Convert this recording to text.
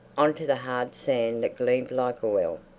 on to the hard sand that gleamed like oil.